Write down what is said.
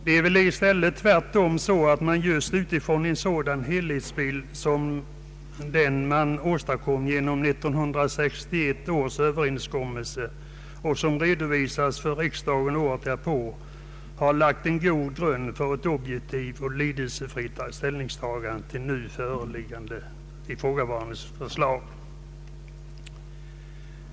Det är väl tvärtom så, att man just utifrån en sådan helhetsbild, som den man åstadkom genom 1961 års överenskommelse och som redovisades för riksdagen året därpå, har lagt en god grund för ett objektivt och lidelsefritt ställningstagande till det nu framlagda förslaget.